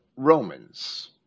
Romans